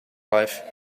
life